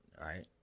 right